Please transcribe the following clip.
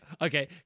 okay